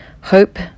hope